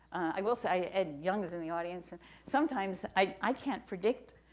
i will say, ed yong is in the audience, and sometimes, i can't predict,